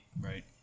Right